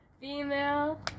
Female